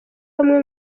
bamwe